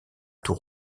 tout